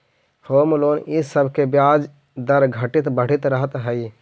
home loan इ सब के ब्याज दर घटित बढ़ित रहऽ हई